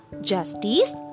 justice